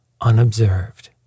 unobserved